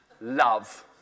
Love